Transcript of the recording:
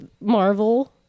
Marvel